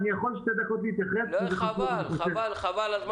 חבל על הזמן,